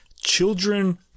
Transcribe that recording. children